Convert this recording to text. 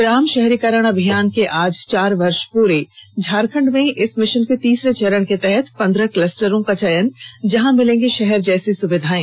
ग्राम शहरीकरण अभियान के आज चार वर्ष पूरे झारखंड में इस मिशन के तीसरे चरण के तहत पंद्रह क्लस्टरों का चयन जहां मिलेंगी षहर जैसी सुविधाएं